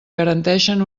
garanteixen